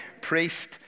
priest